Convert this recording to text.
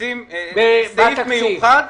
מכניסים --- כמה?